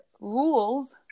rules